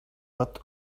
what